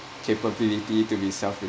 capability to be self reliant